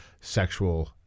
sexual